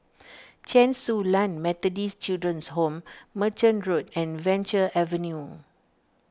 Chen Su Lan Methodist Children's Home Merchant Road and Venture Avenue